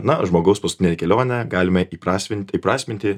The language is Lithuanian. na žmogaus paskutinę kelionę galime įprasmint įprasminti